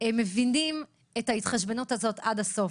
מבינים את ההתחשבנות הזאת עד הסוף.